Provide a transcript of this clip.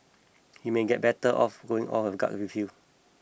he may get better off going with his gut feel